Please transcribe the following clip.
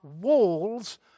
walls